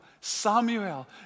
Samuel